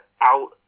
out